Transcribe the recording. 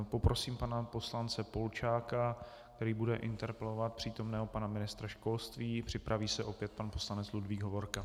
Poprosím pana poslance Polčáka, který bude interpelovat přítomného pana ministra školství, připraví se opět pan poslanec Ludvík Hovorka.